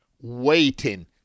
waiting